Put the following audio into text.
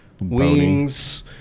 Wings